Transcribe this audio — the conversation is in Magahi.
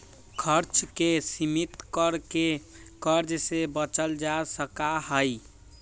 खर्च के सीमित कर के कर्ज से बचल जा सका हई